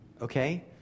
okay